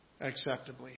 acceptably